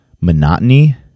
monotony